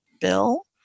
Bill